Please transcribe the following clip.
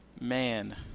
man